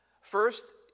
First